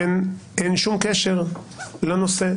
אין שום קשר לנושא.